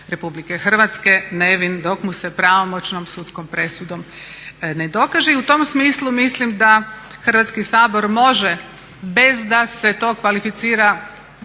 Republike Hrvatske kaže nevin dok mu se pravomoćnom sudskom presudom ne dokaže. I u tom smislu mislim da Hrvatski sabor može bez da se to kvalificira